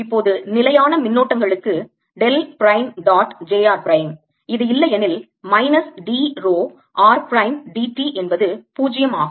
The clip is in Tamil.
இப்போது நிலையான மின்னோட்டங்களுக்கு del prime dot j r prime இது இல்லையெனில் minus d rho r prime d t என்பது 0 ஆகும்